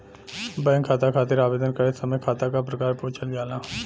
bank खाता खातिर आवेदन करत समय खाता क प्रकार पूछल जाला